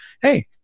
Hey